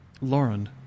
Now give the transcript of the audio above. Lauren